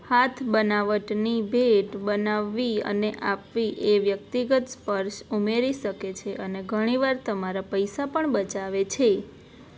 હાથ બનાવટની ભેટ બનાવવી અને આપવી એ વ્યક્તિગત સ્પર્શ ઉમેરી શકે છે અને ઘણીવાર તમારા પૈસા પણ બચાવે છે